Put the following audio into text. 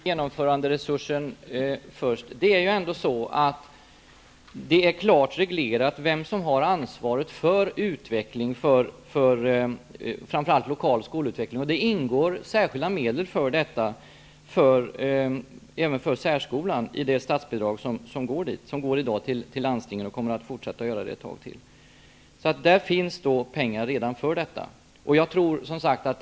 Herr talman! Jag tar genomföranderesursen först. Det är klart reglerat vem som har ansvaret för framför allt lokal skolutveckling. Det ingår särskilda medel för detta, även för särskolan, i det statsbidrag som i dag går till landstingen, och som kommer att fortsätta att göra det ett tag till. Där finns redan pengar för detta.